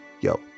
Yo